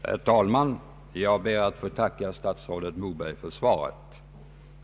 Herr talman! Jag ber att få tacka statsrådet Moberg för svaret.